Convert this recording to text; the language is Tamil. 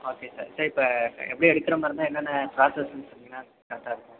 ஓகே சார் சார் இப்போ எப்படியும் எடுக்குறமாதிரி இருந்தால் என்னென்ன ப்ராஸஸ்ன்னு சொன்னிங்கன்னா கரெக்டாக இருக்கும்